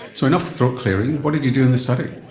so enough throat clearing, what did you do in the study?